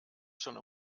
schon